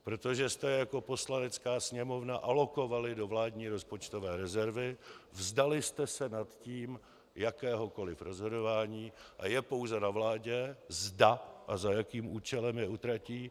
Protože jste je jako Poslanecká sněmovna alokovali do vládní rozpočtové rezervy, vzdali jste se nad tím jakéhokoliv rozhodování a je pouze na vládě, zda a za jakým účelem je utratí.